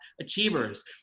achievers